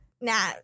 nah